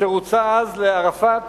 כאשר הוצעו אז לערפאת